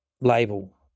label